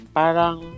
parang